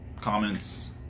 comments